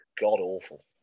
God-awful